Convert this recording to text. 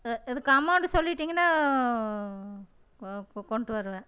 இதுக்கு அமௌண்ட் சொல்லிடீங்கனா கொண்ட்டு வருவேன்